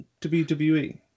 WWE